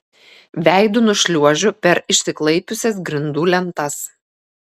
veidu nušliuožiu per išsiklaipiusias grindų lentas